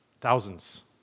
Thousands